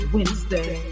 Wednesday